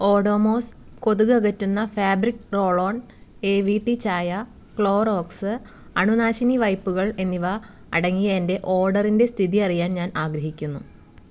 ഒഡോമോസ് കൊതുക് അകറ്റുന്ന fabric roll on A V T ചായ ക്ലോറോക്സ് അണുനാശിനി വൈപ്പുകൾ എന്നിവ അടങ്ങിയ എന്റെ ഓർഡറിന്റെ സ്ഥിതിഅറിയാൻ ഞാൻ ആഗ്രഹിക്കുന്നു